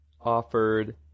offered